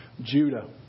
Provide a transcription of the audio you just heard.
Judah